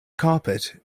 carpet